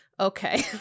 okay